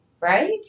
right